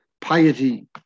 piety